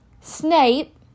Snape